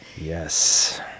Yes